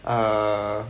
err